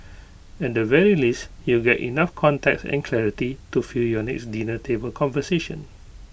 at the very least you'll get enough context and clarity to fuel your next dinner table conversation